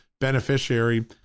beneficiary